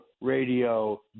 radio